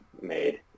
made